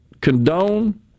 condone